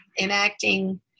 enacting